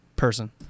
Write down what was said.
person